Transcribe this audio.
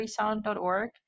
freesound.org